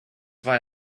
why